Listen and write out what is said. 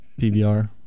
PBR